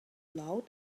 loud